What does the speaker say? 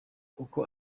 uko